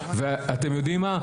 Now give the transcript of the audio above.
ואתם יודעים מה,